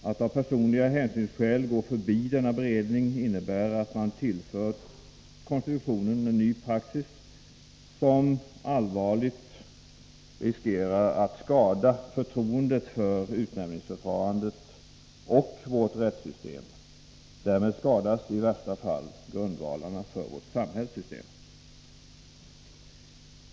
Att av hänsyn till personliga skäl gå förbi denna beredning innebär att man tillför konstitutionen en ny praxis, som riskerar att allvarligt skada förtroendet för utnämningsförfarandet och vårt rättssystem. Därmed skadas i värsta fall grundvalarna för vårt samhällssystem.